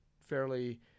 fairly